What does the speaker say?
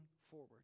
forward